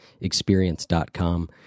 experience.com